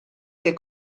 che